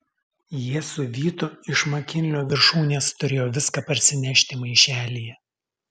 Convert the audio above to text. jie su vytu iš makinlio viršūnės turėjo viską parsinešti maišelyje